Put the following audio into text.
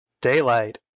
daylight